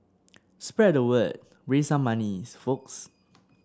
spread the word raise some money's folks